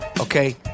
Okay